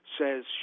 says